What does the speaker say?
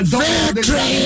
victory